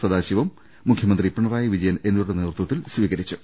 സദാശിവം മുഖ്യമന്ത്രി പിണറായി വിജയൻ എന്നിവരുടെ നേതൃത്വത്തിൽ സ്വീകരിച്ചു